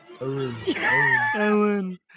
Ellen